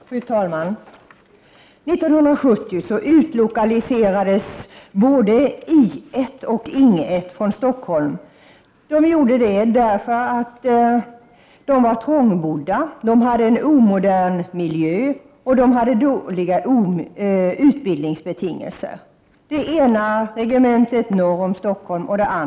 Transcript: Fru talman! År 1970 utlokaliserades både I 1 och Ing 1 från Stockholm — på grund av trångboddhet, omodern miljö och dåliga utbildningsbetingelser — norr resp. söder om Stockholm.